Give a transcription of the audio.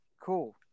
cool